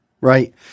Right